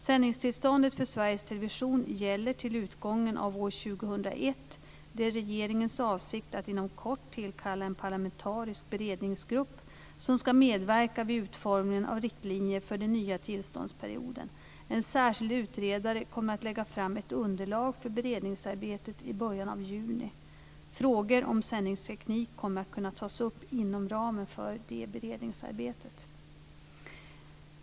Sändningstillståndet för Sveriges Television gäller till utgången av år 2001. Det är regeringens avsikt att inom kort tillkalla en parlamentarisk beredningsgrupp som ska medverka vid utformningen av riktlinjer för den nya tillståndsperioden. En särskild utredare kommer att lägga fram ett underlag för beredningsarbetet i början av juni. Frågor om sändningsteknik kommer att kunna tas upp inom ramen för det beredningsarbetet.